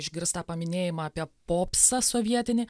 išgirst tą paminėjimą apie popsą sovietinį